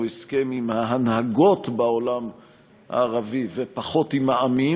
הסכם עם ההנהגות בעולם הערבי ופחות עם העמים,